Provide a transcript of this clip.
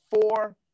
four